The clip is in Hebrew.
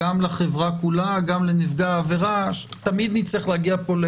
גם לנפגע העברה וגם לחברה כולה.